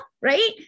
right